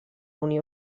unió